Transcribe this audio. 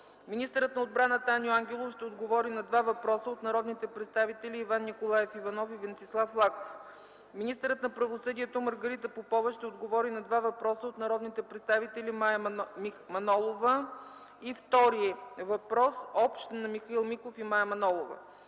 Министърът на отбраната Аню Ангелов ще отговори на два въпроса от народните представители Иван Николаев Иванов и Венцислав Лаков. Министърът на правосъдието Маргарита Попова ще отговори на два въпроса от народните представители Мая Манолова и втори общ въпрос на Михаил Миков и Мая Манолова.